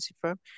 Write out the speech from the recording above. firm